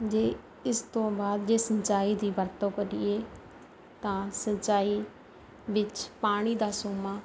ਜੇ ਇਸ ਤੋਂ ਬਾਅਦ ਜੇ ਸਿੰਚਾਈ ਦੀ ਵਰਤੋਂ ਕਰੀਏ ਤਾਂ ਸਿੰਚਾਈ ਵਿੱਚ ਪਾਣੀ ਦਾ ਸੋਮਾ